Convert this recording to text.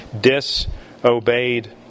disobeyed